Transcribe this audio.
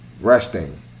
Resting